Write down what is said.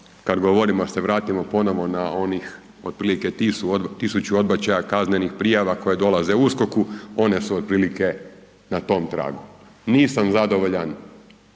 kad govorimo da se vratimo ponovno na onih otprilike 1000 odbačaja kaznenih prijava koje dolaze USKOK-u, one su otprilike na tom tragu. Nisam zadovoljan